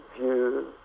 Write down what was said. view